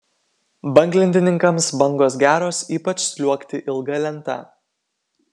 banglentininkams bangos geros ypač sliuogti ilga lenta